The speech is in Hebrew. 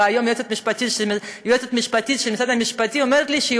והיום היועצת המשפטית של משרד המשפטים אומרת לי שהיא